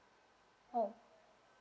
oh